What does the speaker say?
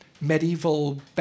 medieval